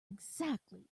exactly